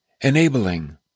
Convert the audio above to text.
enabling